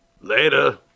later